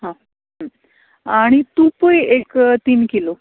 हां आनी तूपय एक तीन किलो